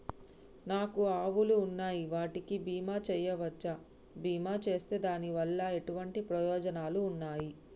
నాకు ఆవులు ఉన్నాయి వాటికి బీమా చెయ్యవచ్చా? బీమా చేస్తే దాని వల్ల ఎటువంటి ప్రయోజనాలు ఉన్నాయి?